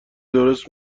درست